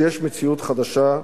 שיש מציאות חדשה?